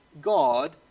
God